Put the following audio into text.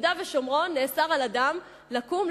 ביהודה ושומרון נאסר על אדם לקום,